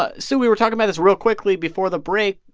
ah so we were talking about this real quickly before the break.